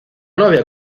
novia